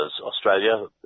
Australia